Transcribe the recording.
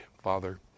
Father